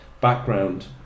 background